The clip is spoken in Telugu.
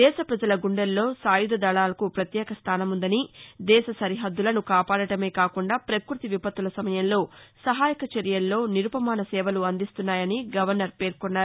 దేశ ప్రపజల గుండెల్లో సాయుధ దళాలకు ప్రత్యేక స్థానముందని దేశ సరిహద్దులను కాపాడటమే కాకుండా ప్రకృతి విపత్తుల సమయంలో సహాయక చర్యల్లో నిరుపమాన సేవలు అందిస్తున్నాయని గవర్నర్ పేర్కొన్నారు